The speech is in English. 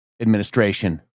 administration